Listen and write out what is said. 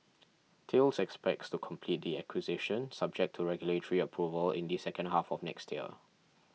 expects to complete the acquisition subject to regulatory approval in the second half of next year